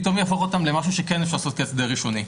פתאום יהפוך אותם למשהו שכן יש לעשות כהסדר ראשוני.